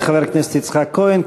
תודה לחבר הכנסת יצחק כהן.